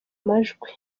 majwi